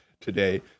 today